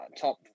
top